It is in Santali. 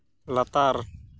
ᱞᱟᱛᱟᱨ